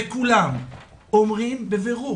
וכולם אומרים בבירור